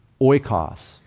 oikos